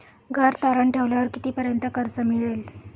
घर तारण ठेवल्यावर कितीपर्यंत कर्ज मिळेल?